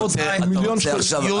יש עוד מיליון שקלים.